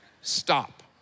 Stop